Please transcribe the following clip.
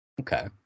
Okay